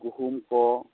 ᱜᱩᱦᱩᱢ ᱠᱚ